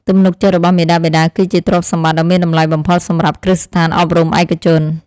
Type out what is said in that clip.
ទំនុកចិត្តរបស់មាតាបិតាគឺជាទ្រព្យសម្បត្តិដ៏មានតម្លៃបំផុតសម្រាប់គ្រឹះស្ថានអប់រំឯកជន។